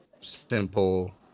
simple